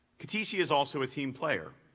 katishi is also a team player,